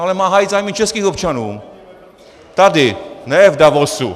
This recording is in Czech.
Ale má hájit zájmy českých občanů tady, ne v Davosu.